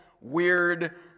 weird